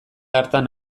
hartan